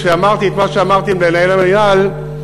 כשאמרתי את מה שאמרתי למנהל המינהל,